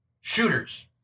shooters